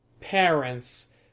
parents